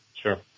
Sure